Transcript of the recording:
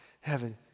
heaven